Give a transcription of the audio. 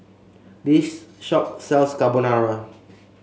this shop sells Carbonara